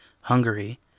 Hungary